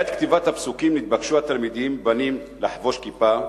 בעת כתיבת הפסוקים נתבקשו התלמידים-בנים לחבוש כיפה.